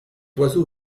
oiseau